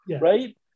right